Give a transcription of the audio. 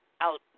out